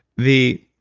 the